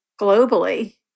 globally